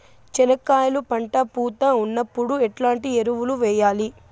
చెనక్కాయలు పంట పూత ఉన్నప్పుడు ఎట్లాంటి ఎరువులు వేయలి?